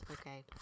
okay